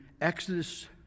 Exodus